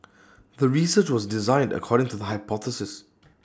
the research was designed according to the hypothesis